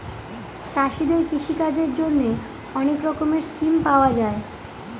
চাষীদের কৃষিকাজের জন্যে অনেক রকমের স্কিম পাওয়া যায়